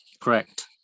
Correct